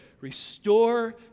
Restore